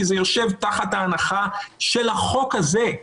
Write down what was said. כי זה יושב תחת ההנחה של החוק הזה,